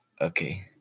Okay